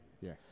Yes